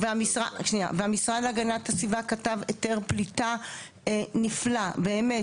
והמשרד להגנת הסביבה כתב היתר פליטה נפלא באמת,